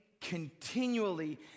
continually